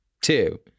two